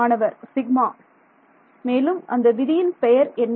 மாணவர் சிக்மா மேலும் அந்த விதியின் பெயர் என்ன என்ன